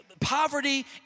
Poverty